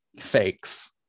fakes